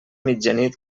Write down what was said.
mitjanit